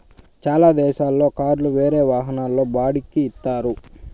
చాలా దేశాల్లో కార్లు వేరే వాహనాల్లో బాడిక్కి ఇత్తారు